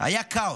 היה כאוס,